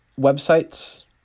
websites